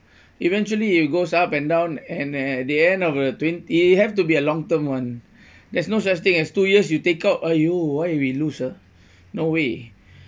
eventually it goes up and down and at the end of twenty it have to be a long term [one] there's no such thing as two years you take out !aiyo! why we lose ah no way